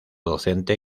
docente